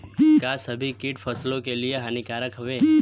का सभी कीट फसलों के लिए हानिकारक हवें?